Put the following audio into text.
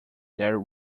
their